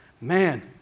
Man